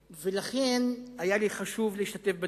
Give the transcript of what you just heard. לכן, היה לי חשוב להשתתף,